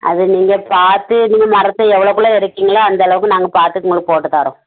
அது நீங்கள் பார்த்து நீங்கள் மரத்தை எவ்வளோக்குள்ள எடுக்கிறீங்களோ அந்தளவுக்கு நாங்கள் பார்த்து உங்களுக்கு போட்டுத் தர்றோம்